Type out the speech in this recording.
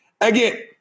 Again